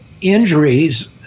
injuries